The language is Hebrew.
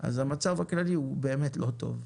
אז המצב הכללי הוא לא טוב.